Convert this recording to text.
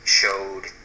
showed